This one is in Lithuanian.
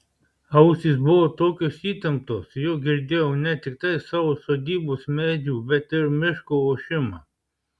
ausys buvo tokios įtemptos jog girdėjau ne tiktai savo sodybos medžių bet ir miško ošimą